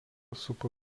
supa